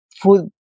food